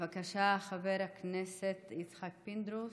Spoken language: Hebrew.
בבקשה, חבר הכנסת יצחק פינדרוס.